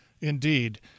Indeed